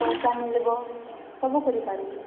ପଇସା ମିଳିବ ସବୁ କରିପାରିବୁ